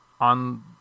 on